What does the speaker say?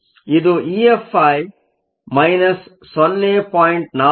ಇದು EFi 0